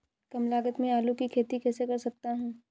कम लागत में आलू की खेती कैसे कर सकता हूँ?